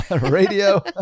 radio